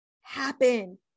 happen